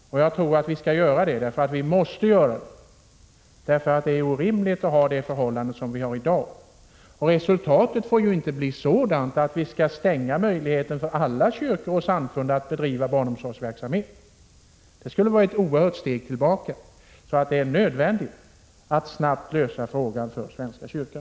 Och jag tror att vi kommer att göra det, för vi måste göra det. Det är orimligt med de förhållanden som vi har i dag. Resultatet får inte bli sådant att vi stänger möjligheten för alla kyrkor och samfund att bedriva barnomsorgsverksamhet. Det skulle vara ett oerhört steg tillbaka. Det är alltså nödvändigt att snabbt lösa frågan för svenska kyrkan.